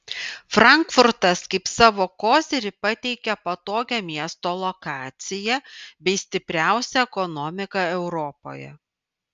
frankfurtas kaip savo kozirį pateikia patogią miesto lokaciją bei stipriausią ekonomiką europoje